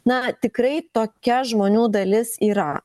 na tikrai tokia žmonių dalis yra